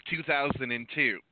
2002